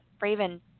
Raven